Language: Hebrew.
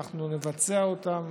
ואנחנו נבצע אותו,